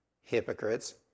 hypocrites